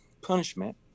punishment